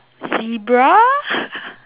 zebra